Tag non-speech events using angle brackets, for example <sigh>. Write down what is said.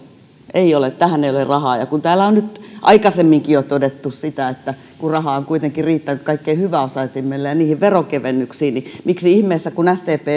ei ole tähän ei ole rahaa täällä on nyt aikaisemminkin jo todettu että kun rahaa on kuitenkin riittänyt kaikkein hyväosaisimmille ja niihin veronkevennyksiin niin miksi ihmeessä kun sdp <unintelligible>